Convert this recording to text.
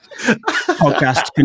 podcast